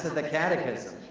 the catechism.